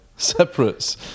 Separates